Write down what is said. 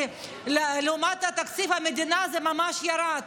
כי לעומת תקציב המדינה הוא ממש ירד.